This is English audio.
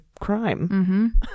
crime